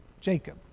Jacob